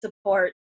support